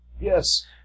Yes